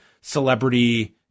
celebrity